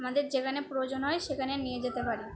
আমাদের যেখানে প্রয়োজন হয় সেখানে নিয়ে যেতে পারি